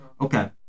Okay